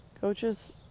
coaches